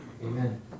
amen